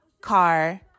car